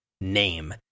name